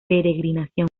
peregrinación